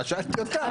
שאלתי אותה.